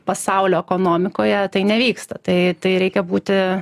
pasaulio ekonomikoje tai nevyksta tai tai reikia būti